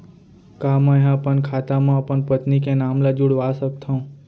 का मैं ह अपन खाता म अपन पत्नी के नाम ला जुड़वा सकथव?